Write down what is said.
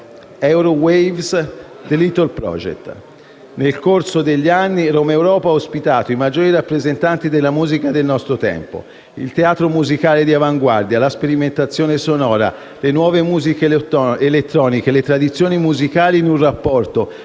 Aerowaves, The Little Project. Nel corso degli anni Romaeuropa ha ospitato i maggiori rappresentati della musica del nostro tempo, il teatro musicale di avanguardia, la sperimentazione sonora, le nuove musiche elettroniche e le tradizioni musicali in un rapporto